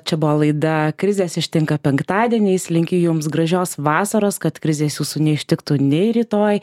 čia buvo laida krizės ištinka penktadieniais linkiu jums gražios vasaros kad krizės jūsų neištiktų nei rytoj